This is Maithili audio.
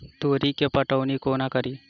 तोरी केँ पटौनी कोना कड़ी?